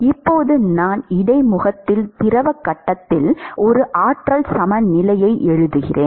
இப்போது நான் இடைமுகத்தில் திரவ கட்டத்தில் ஒரு ஆற்றல் சமநிலையை எழுதுகிறேன்